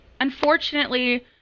unfortunately